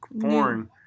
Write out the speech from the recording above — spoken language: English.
foreign